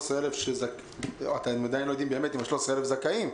ה-13,000 אתם לא עדיין לא יודעים באמת אם ה-13,000 זכאים,